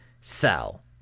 sell